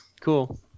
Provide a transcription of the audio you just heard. Cool